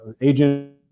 agent